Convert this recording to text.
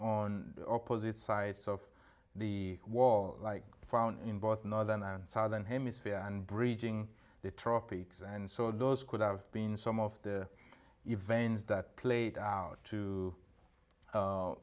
on opposite sides of the wall like found in both northern and southern hemisphere and breaching the tropics and so those could have been some of the events that played out to